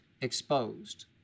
exposed